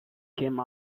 came